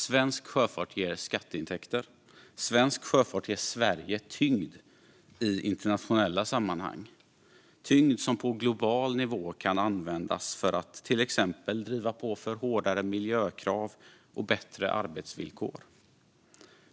Svensk sjöfart ger skatteintäkter, och svensk sjöfart ger Sverige tyngd i internationella sammanhang - tyngd som på global nivå kan användas för att till exempel driva på för hårdare miljökrav och bättre arbetsvillkor.